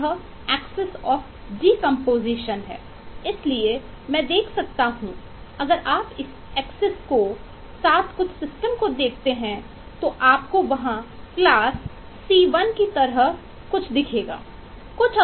यह excess of abstraction है